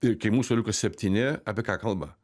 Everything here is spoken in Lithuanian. ir kai mūsų liko septyni apie ką kalba